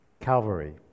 Calvary